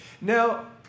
Now